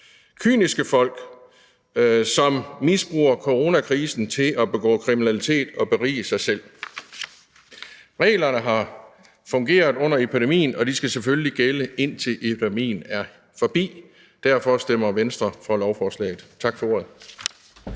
kyniske folk, som misbruger coronakrisen til at begå kriminalitet og berige sig selv. Reglerne har fungeret under epidemien, og de skal selvfølgelig gælde, indtil epidemien er forbi. Derfor stemmer Venstre for lovforslaget. Tak for ordet.